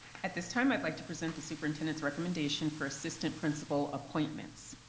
at this time, i'd like to present the superintendent's recommendation for assistant principal appointments.